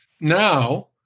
now